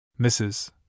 Mrs